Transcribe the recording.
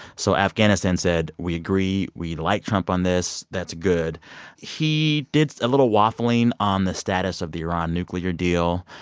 so afghanistan said, we agree. we like trump on this. that's good he did a little waffling on the status of the iran nuclear deal.